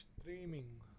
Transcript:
streaming